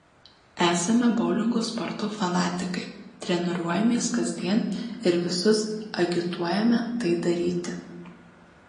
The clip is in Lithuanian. esame boulingo sporto fanatikai treniruojamės kasdien ir visus agituojame tai daryti